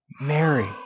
Mary